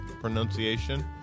pronunciation